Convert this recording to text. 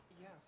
Yes